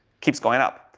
keeps going up,